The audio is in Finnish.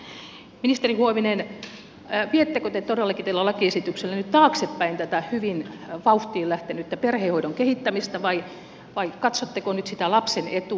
ministeri huovinen viettekö te todellakin tällä lakiesityksellä nyt taaksepäin tätä hyvin vauhtiin lähtenyttä perhehoidon kehittämistä vai katsotteko nyt sitä lapsen etua